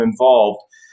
involved